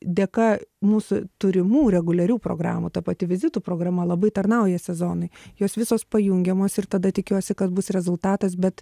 dėka mūsų turimų reguliarių programų ta pati vizitų programa labai tarnauja sezonui jos visos pajungiamos ir tada tikiuosi kad bus rezultatas bet